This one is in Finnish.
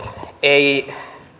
ei